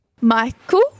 Michael